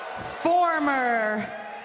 former